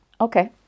Okay